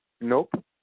Nope